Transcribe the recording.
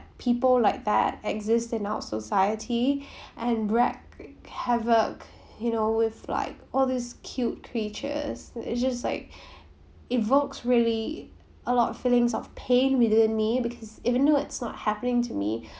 people like that exist in our society and wreak havoc you know with like all these cute creatures it’s just like evokes really a lot of feelings of pain within me because even though it's not happening to me